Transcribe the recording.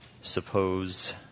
Suppose